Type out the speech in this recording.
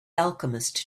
alchemist